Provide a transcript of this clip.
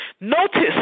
Notice